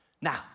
Now